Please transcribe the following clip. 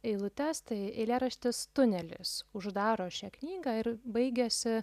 eilutes tai eilėraštis tunelis uždaro šią knygą ir baigiasi